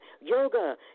yoga